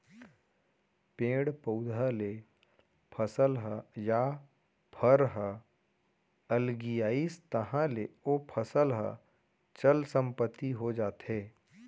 पेड़ पउधा ले फसल ह या फर ह अलगियाइस तहाँ ले ओ फसल ह चल संपत्ति हो जाथे